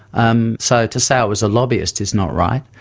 um so to say i was a lobbyist is not right.